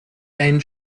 ein